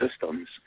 systems